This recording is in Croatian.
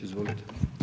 Izvolite.